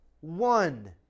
one